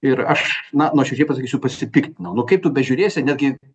ir aš na nuoširdžiai pasakysiu pasipiktinau nu kaip tu bežiūrėsi netgi